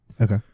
okay